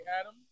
Adam